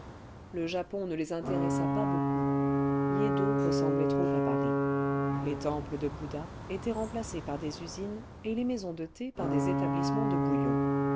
le japon ne les intéressa pas beaucoup yeddo ressemblait trop à paris les temples de bouddha étaient remplacés par des usines et les maisons de thé par des établissements de bouillon